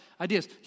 ideas